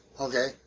Okay